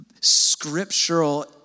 scriptural